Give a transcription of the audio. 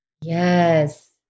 Yes